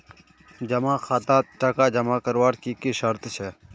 जमा खातात टका जमा करवार की की शर्त छे?